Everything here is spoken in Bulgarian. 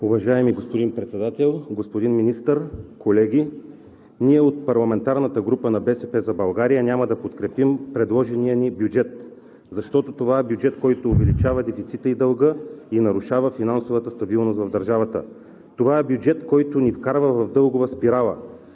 Уважаеми господин Председател, господин Министър, колеги! Ние от парламентарната група на „БСП за България“ няма да подкрепим предложения ни бюджет, защото това е бюджет, който увеличава дефицита и дълга и нарушава финансовата стабилност в държавата, това е бюджет, който ни вкарва в дългова спирала.